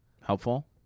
Helpful